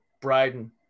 Bryden